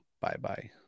bye-bye